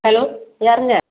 hello யாருங்க